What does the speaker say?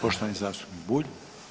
Poštovani zastupnik Bulj.